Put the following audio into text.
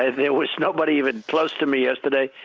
there was nobody even close to me yesterday.